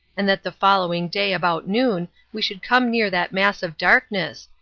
and that the following day about noon we should come near that mass of darkness,